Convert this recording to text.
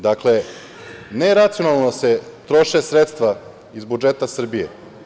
Dakle, neracionalno se troše sredstva iz budžeta Srbije.